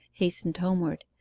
hastened homeward,